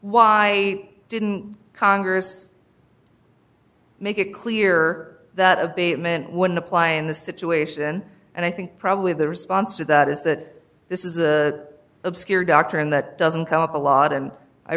why didn't congress make it clear that abatement wouldn't apply in the situation and i think probably the response to that is that this is a obscure doctrine that doesn't come up a lot and i